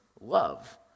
love